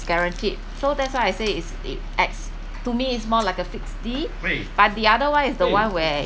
guaranteed so that's why I say is it ex~ to me is more like a fixed D but the other one is the one where